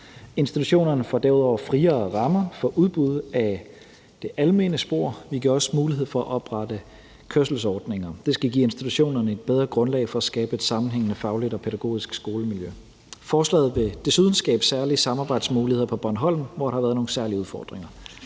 Institutionerne får derudover friere rammer for udbud af det almene spor. Vi giver også mulighed for at oprette kørselsordninger. Det skal give institutionerne et bedre grundlag for at skabe et sammenhængende fagligt og pædagogisk skolemiljø. Forslaget vil desuden skabe særlige samarbejdsmuligheder på Bornholm, hvor der har været nogle særlige udfordringer.